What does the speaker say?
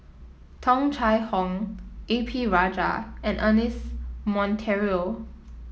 Tung Chye Hong A P Rajah and Ernest Monteiro